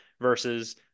versus